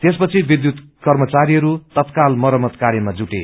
त्यसपछि विद्यूत कर्मचारीहरू तत्काल मरम्मत कार्यमा जुटे